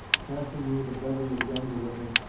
passing near the bevy of younger women,